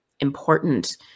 important